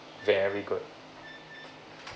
very good